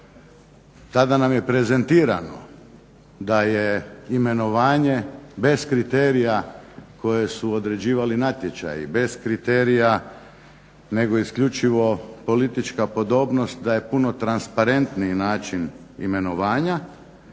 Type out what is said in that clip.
Tada nam je prezentirano da je imenovanje bez kriterija koje su određivali natječaji, bez kriterija nego isključivo politička podobnost da je puno transparentniji način imenovanja